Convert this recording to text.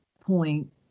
point